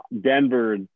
Denver